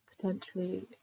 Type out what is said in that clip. Potentially